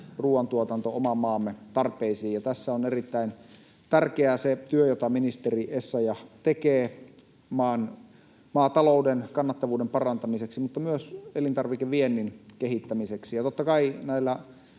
ruuantuotanto oman maamme tarpeisiin. Tässä on erittäin tärkeää se työ, jota ministeri Essayah tekee maatalouden kannattavuuden parantamiseksi mutta myös elintarvikeviennin kehittämiseksi.